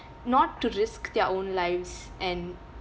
not to risk their own lives and